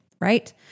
right